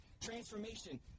transformation